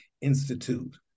Institute